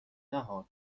نهها